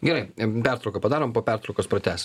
gerai pertrauką padarom po pertraukos pratęsim